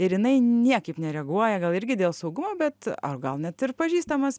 ir jinai niekaip nereaguoja gal irgi dėl saugumo bet ar gal net ir pažįstamas